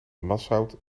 mazout